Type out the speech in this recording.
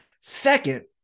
Second